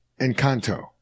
Encanto